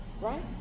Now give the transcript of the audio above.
Right